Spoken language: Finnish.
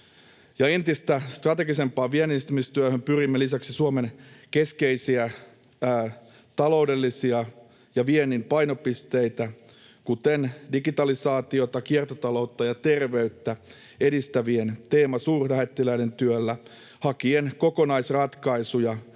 entistä strategisempaan vienninedistämistyöhön pyrimme lisäksi Suomen keskeisiä taloudellisia ja viennin painopisteitä, kuten digitalisaatiota, kiertotaloutta ja terveyttä, edistävien teemasuurlähettiläiden työllä, hakien kokonaisratkaisuja